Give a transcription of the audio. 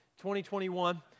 2021